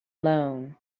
loan